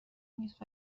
نیست